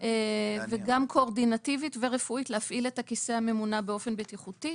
וגם קואורדינטיבית ורפואית להפעיל את הכיסא הממונע באופן בטיחותי,